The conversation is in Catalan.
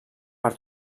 per